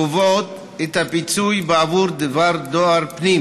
קובעות את הפיצוי בעבור דבר דואר פנים